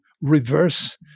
reverse